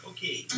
Okay